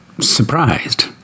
surprised